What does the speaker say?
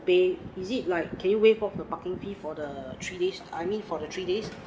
pay is it like can you waive off the parking fee for the three days I mean for the three days